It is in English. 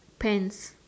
pants